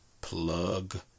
plug